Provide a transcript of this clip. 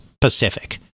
Pacific